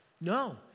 No